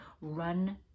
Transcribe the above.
run